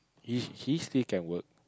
he he still can work